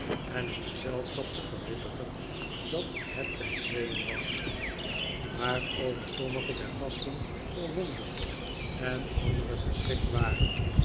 en het gezelschap te verwittigen dat het bij tweeen was waarover sommige der gasten verwonderd en andere verschrikt waren